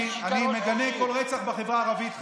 תתבייש לך.